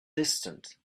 distant